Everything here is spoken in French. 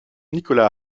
nicolas